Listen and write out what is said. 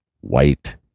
white